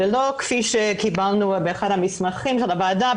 ולא כפי שקיבלנו באחד המסמכים של הוועדה,